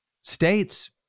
states